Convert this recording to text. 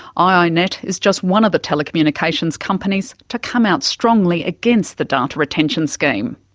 ah ah iinet is just one of the telecommunications companies to come out strongly against the data retention scheme.